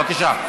בבקשה.